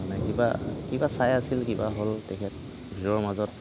তাৰমানে কিবা কিবা চাই আছিল কিবা হ'ল তেখেত ভীৰৰ মাজত